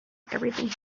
everything